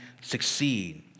succeed